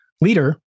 leader